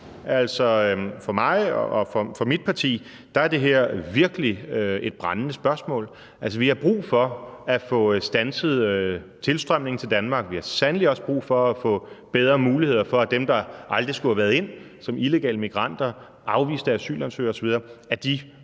er. For mig og for mit parti er det her virkelig et brændende spørgsmål. Vi har brug for at få standset tilstrømningen til Danmark. Vi har sandelig også brug for at få bedre muligheder for, at dem, der aldrig skulle have været ind – illegale immigranter, afviste asylansøgere osv. –